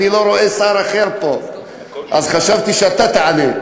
אני לא רואה שר אחר פה, אז חשבתי שאתה תענה.